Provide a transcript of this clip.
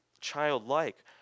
childlike